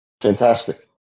Fantastic